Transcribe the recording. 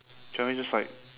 can we just like